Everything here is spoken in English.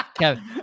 Kevin